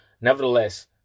nevertheless